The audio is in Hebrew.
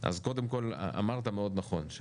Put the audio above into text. אז קודם כל אמרת מאוד נכון,